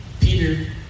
Peter